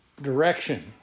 direction